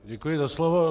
Děkuji za slovo.